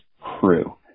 crew